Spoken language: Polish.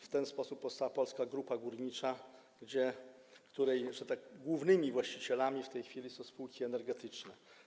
W ten sposób powstała Polska Grupa Górnicza, której głównymi właścicielami w tej chwili są spółki energetyczne.